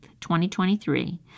2023